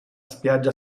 spiaggia